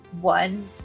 one